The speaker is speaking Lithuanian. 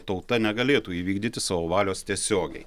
tauta negalėtų įvykdyti savo valios tiesiogiai